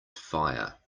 fire